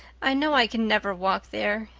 i know i can never walk there.